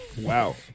Wow